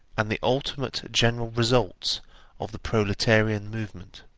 and the ultimate general results of the proletarian movement.